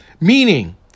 meaning